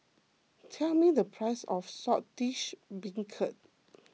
tell me the price of Saltish Beancurd